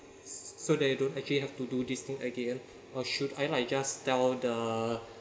so that you don't actually have to do this thing again or should I like just tell the